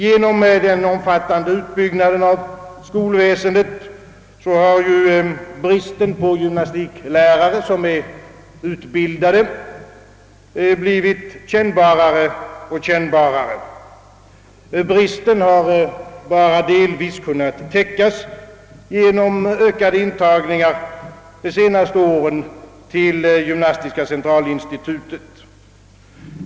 Genom den omfattande utbyggnaden av skolväsendet har ju bristen på gymnastiklärare, som är utbildade, blivit kännbarare och kännbarare. Bristen har bara delvis kunnat täckas genom ökade intagningar de senaste åren till gymnastiska centralinstitutet.